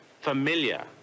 familiar